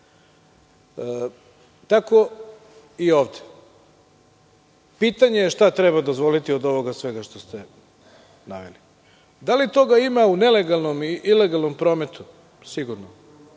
Tako i ovde. Pitanje je šta treba dozvoliti, od svega ovoga što ste naveli. Da li toga ima u nelegalnom i ilegalnom prometu? Sigurno.